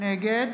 נגד